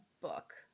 book